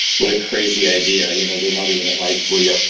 what a crazy idea. you know they're not even in high school yet.